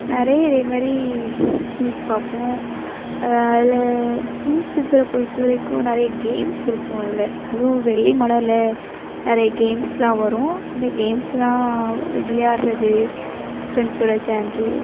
நிறைய இதே மாதிரி நியூஸ் பார்ப்போம் அதில் நியூஸ் பேப்பரை பொறுத்த வரைக்கும் நிறைய கேம்ஸ் இருக்கும் அதில் அதுவும் வெள்ளி மலர்ல நிறைய கேம்ஸ்லாம் வரும் இந்த கேம்ஸ்லாம் விளையாடுறது ப்ரெண்ட்ஸோட சேர்ந்து